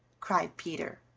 cried peter.